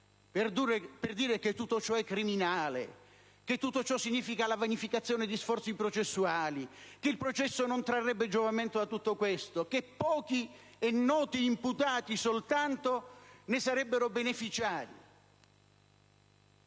per dire che tutto ciò è criminale, che tutto ciò significa la vanificazione di sforzi processuali, che il processo non trarrebbe giovamento da tutto questo, che pochi e noti imputati soltanto ne sarebbero beneficiari.